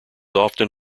often